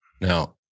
Now